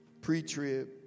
pre-trib